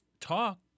talk